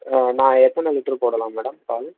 நான் எத்தனை லிட்ரு போடலாம் மேடம் பால்